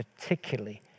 particularly